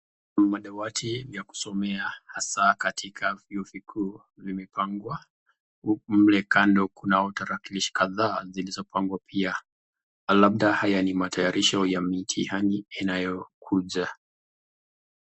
Madawati ya kusomea hasa katika vyuo vikuu vimepangwa huku mle kando kunao tarakilishi kadhaa zilizopangwa pia. Labda haya ni matayarisho ya mitihani inayokuja.